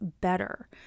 better